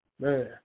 man